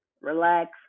Relax